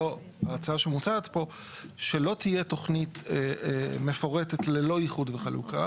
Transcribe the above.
ההצעה שמוצעת פה שלא תהיה תוכנית מפורטת ללא איחוד וחלוקה.